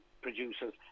producers